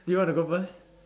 do you want to go first